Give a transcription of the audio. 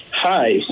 Hi